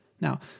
Now